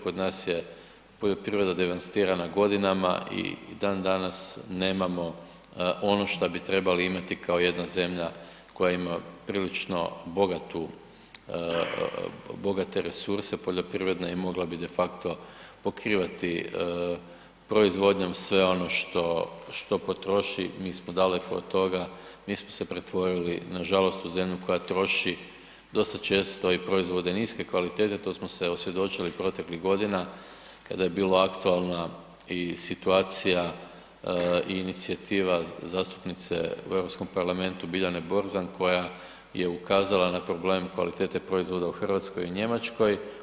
Kod nas je poljoprivreda devastirana godinama i dan danas nemamo ono šta bi trebali imati kao jedna zemlja koja ima prilično bogatu, bogate resurse poljoprivredne i mogla bi defakto pokrivati proizvodnjom sve ono što, što potroši, mi smo daleko od toga, mi smo se pretvorili nažalost u zemlju koja troši dosta često i proizvode niske kvalitete, to smo se osvjedočili proteklih godina kada je bila aktualna i situacija i inicijativa zastupnice u Europskom parlamentu Biljane Borzan koja je ukazala na problem kvalitete proizvoda u RH i Njemačkoj.